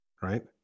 right